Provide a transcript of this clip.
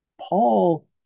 Paul